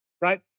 right